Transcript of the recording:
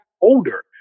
older